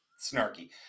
snarky